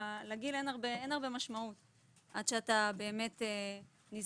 לגיל אין הרבה משמעות עד שאתה באמת נזקק.